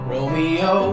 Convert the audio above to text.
Romeo